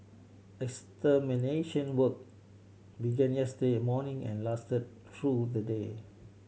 extermination work began yesterday morning and lasted through the day